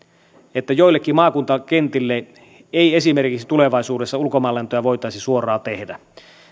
että joillekin maakuntakentille ei esimerkiksi tulevaisuudessa ulkomaanlentoja voitaisi suoraan tehdä